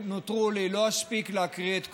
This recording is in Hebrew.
שנותרו לי לא אספיק להקריא את כולה.